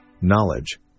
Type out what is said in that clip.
knowledge